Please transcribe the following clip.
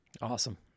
Awesome